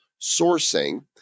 Sourcing